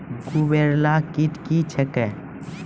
गुबरैला कीट क्या हैं?